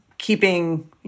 keeping